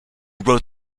wrote